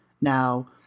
now